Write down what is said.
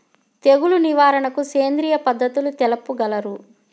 తెగులు నివారణకు సేంద్రియ పద్ధతులు తెలుపగలరు?